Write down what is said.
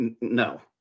no